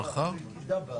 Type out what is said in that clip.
ואני לא מצליח להבין למה לא.